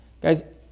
Guys